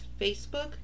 facebook